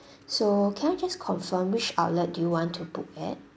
so can I just confirm which outlet do you want to book at